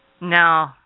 No